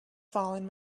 fallen